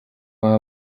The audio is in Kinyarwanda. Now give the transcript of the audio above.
waha